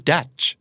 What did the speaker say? Dutch